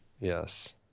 Yes